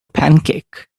pancake